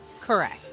Correct